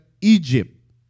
Egypt